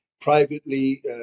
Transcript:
privately